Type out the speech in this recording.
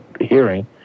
hearing